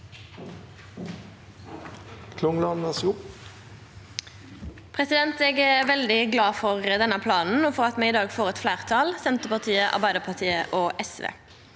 Eg er veldig glad for denne planen og for at me i dag får eit fleirtal – Senterpartiet, Arbeidarpartiet og SV